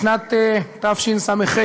בשנת תשס"ח,